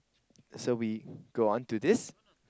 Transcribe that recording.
so we go on to this